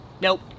Nope